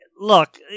Look